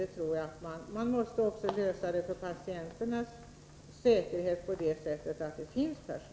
Man måste också lösa frågan om patienternas säkerhet genom att se till att det finns personal.